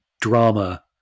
drama